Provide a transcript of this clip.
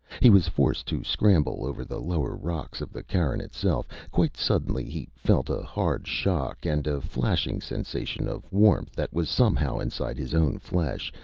he was forced to scramble over the lower rocks of the cairn itself. quite suddenly he felt a hard shock, and a flashing sensation of warmth that was somehow inside his own flesh,